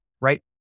Right